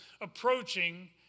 approaching